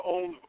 Own